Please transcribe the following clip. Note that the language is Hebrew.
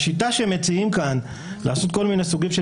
השיטה שמציעים כאן לעשות כל מיני סוגים של